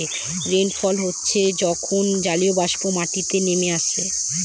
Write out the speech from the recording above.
rainfall হচ্ছে যখন জলীয়বাষ্প মাটিতে নেমে আসে